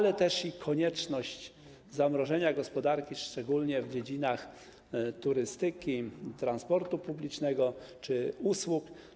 Chodzi także o konieczność zamrożenia gospodarki, szczególnie w dziedzinach turystyki, transportu publicznego czy usług.